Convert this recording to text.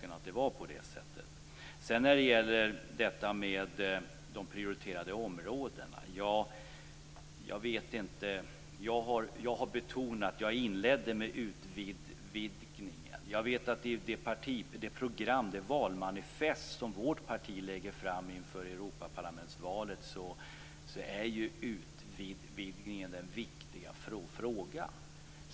När det sedan gäller de prioriterade områdena inledde jag med utvidgningen. I det manifest som vårt parti lägger fram inför Europaparlamentsvalet är utvidgningen den viktiga frågan.